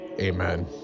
Amen